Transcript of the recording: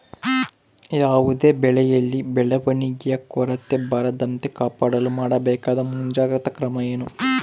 ಯಾವುದೇ ಬೆಳೆಯಲ್ಲಿ ಬೆಳವಣಿಗೆಯ ಕೊರತೆ ಬರದಂತೆ ಕಾಪಾಡಲು ಮಾಡಬೇಕಾದ ಮುಂಜಾಗ್ರತಾ ಕ್ರಮ ಏನು?